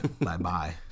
Bye-bye